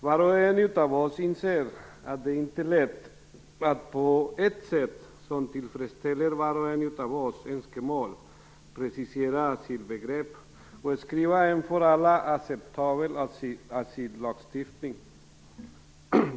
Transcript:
Var och en av oss inser att det inte är lätt att på ett sätt som tillfredsställer vart och ens önskemål precisera asylbegreppet och skriva en för alla acceptabel asyllagstiftning.